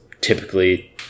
typically